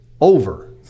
over